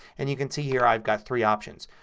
and you can see here i've got three options.